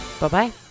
Bye-bye